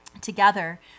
together